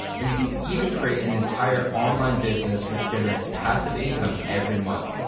and you can even create an entire online business, which generates passive income every month.